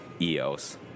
EOS